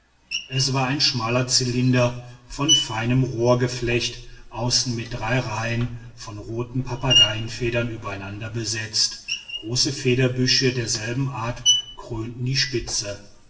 es war ein schmaler zylinder von feinem rohrgeflecht außen mit drei reihen von roten papageifedern übereinander besetzt große federbüsche derselben art krönten die spitze